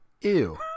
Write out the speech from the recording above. ew